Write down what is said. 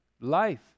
life